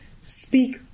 speak